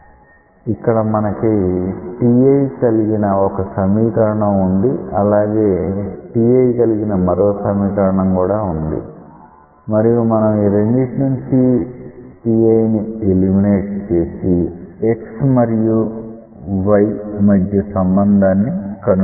ఇక్కడ మనకి ti కలిగిన ఒక సమీకరణం వుంది అలాగే ti కలిగిన మరో సమీకరణం కూడా వుంది మరియు మనం ఈ రెండిటి నుండి ti నిఎలిమినేట్ చేసి x మరియు y మధ్య సంబంధాన్ని కనుక్కోవచ్చు